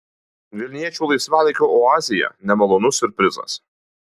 vilniečių laisvalaikio oazėje nemalonus siurprizas